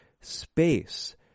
space